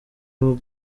muri